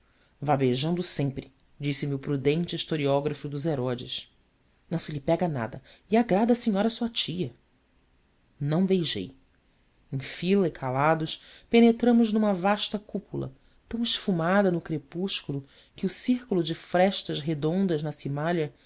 beijando sempre disse-me o prudente historiógrafo dos herodes não se lhe pega nada e agrada à senhora sua tia não beijei em fila e calados penetramos numa vasta cúpula tão esfumada no crepúsculo que o círculo de frestas redondas na cimalha